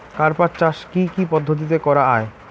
কার্পাস চাষ কী কী পদ্ধতিতে করা য়ায়?